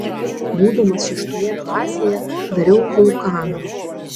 būdamas šeštoje klasėje dariau vulkaną